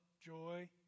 joy